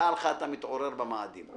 דע לך שאתה מתעורר במאדים".